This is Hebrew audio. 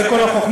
זו כל החוכמה.